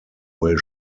will